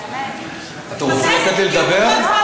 טוב, אתם רוצים לתת לי לדבר?